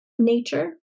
nature